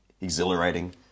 exhilarating